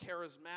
charismatic